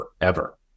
forever